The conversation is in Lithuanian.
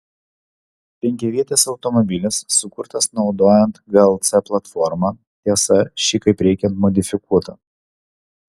penkiavietis automobilis sukurtas naudojant glc platformą tiesa ši kaip reikiant modifikuota